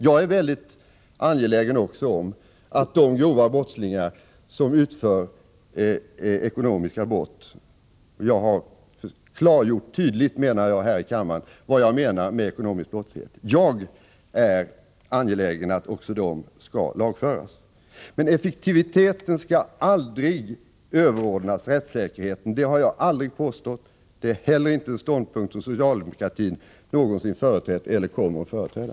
Jag är dessutom angelägen om att de som utför grova ekonomiska brott skall lagföras — jag tycker att jag tydligt har klargjort här i kammaren vad jag menar med ekonomisk brottslighet. Men effektiviteten skall aldrig överordnas rättssäkerheten. Det har jag aldrig påstått, och det är inte heller en ståndpunkt som socialdemokratin någonsin har företrätt eller kommer att företräda.